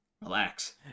relax